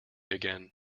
again